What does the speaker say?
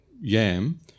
yam